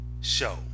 show